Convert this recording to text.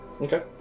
Okay